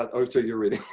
but oh so you're reading.